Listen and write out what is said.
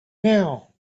now